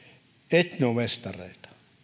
etnofestareita